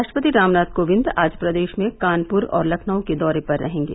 राष्ट्रपति रामनाथ कोविंद आज प्रदेश में कानपुर और लखनऊ के दौरे पर रहेंगे